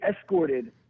escorted